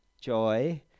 joy